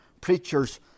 preachers